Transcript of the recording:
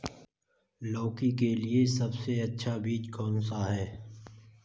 लौकी के लिए सबसे अच्छा बीज कौन सा है?